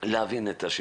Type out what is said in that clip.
את זה